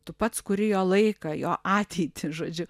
tu pats kuri jo laiką jo ateitį žodžiu